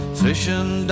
fishing